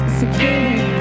security